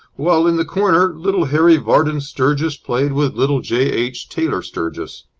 while in the corner, little harry vardon sturgis played with little j. h. taylor sturgis.